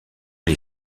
les